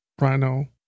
rhino